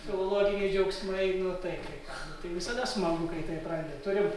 filologiniai džiaugsmai nu taip tai ką tai visada smagu kai taip randi turim